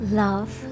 love